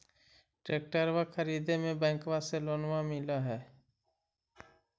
ट्रैक्टरबा खरीदे मे बैंकबा से लोंबा मिल है?